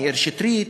מאיר שטרית,